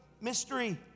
mystery